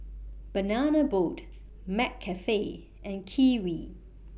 Banana Boat McCafe and Kiwi